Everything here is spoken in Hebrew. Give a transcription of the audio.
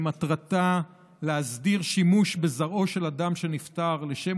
שמטרתה להסדיר שימוש בזרעו של אדם שנפטר לשם